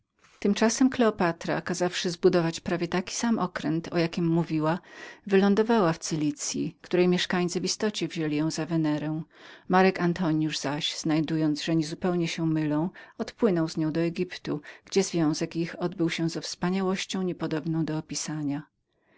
tymczasem kleopatra kazawszy prawie taki sam zbudować okręt o jakim mówiła wylądowała w cylicyi której mieszkańcy w istocie wzięli ją za wenerę marek antonius zaś znajdując że niezupełnie się mylili odpłynął z nią do egiptu gdzie związek ich odbył się z wspaniałością niepodobną do opisania